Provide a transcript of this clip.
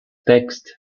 text